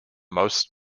most